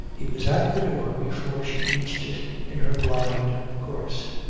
he was at the door before she reached it in her blind course.